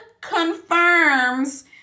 confirms